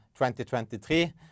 2023